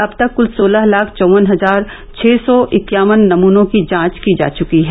अब तक क्ल सोलह लाख चौवन हजार छः सौ इक्यावन नमूनों की जांच की जा चुकी है